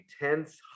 intense